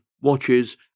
watches